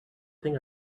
thing